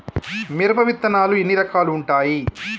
మిరప విత్తనాలు ఎన్ని రకాలు ఉంటాయి?